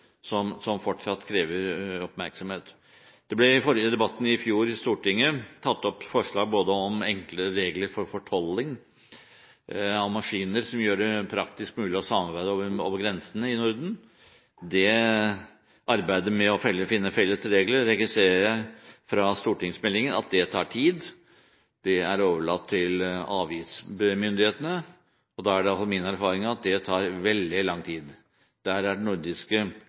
som fortsatt krever oppmerksomhet. Det ble i den samme debatten i Stortinget i fjor tatt opp forslag om enklere regler for fortolling av maskiner, noe som vil gjøre det praktisk mulig å samarbeide over grensene i Norden. Arbeidet med å finne felles regler registrerer jeg – ut fra stortingsmeldingen – tar tid. Det er overlatt til avgiftsmyndighetene. Det er iallfall min erfaring at det tar veldig lang tid. Her er den nordiske